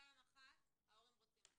פעם אחת ההורים רוצים מצלמות,